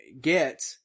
get